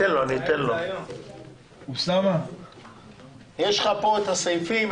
יש לך פה את הסעיפים.